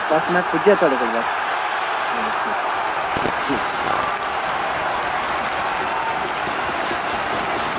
बस में पुज्जा थुआढ़े कोल ऐ बस ठीक ऐ